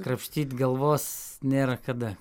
krapštyt galvos nėra kada